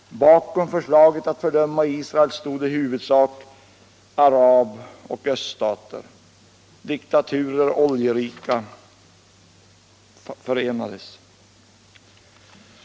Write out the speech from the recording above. Bakom förslaget att fördöma Israel stod i huvudsak arab och öststater. Diktaturer och oljeriken förenades.